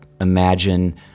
imagine